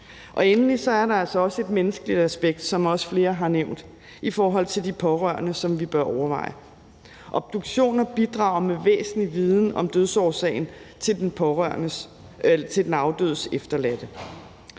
og endelig er der altså også et menneskeligt aspekt, som også flere har nævnt, i forhold til de pårørende, som vi bør overveje. Obduktioner bidrager med væsentlig viden om dødsårsagen til den afdødes efterladte.